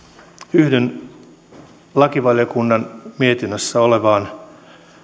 yhdyn lakivaliokunnan mietinnössä olevaan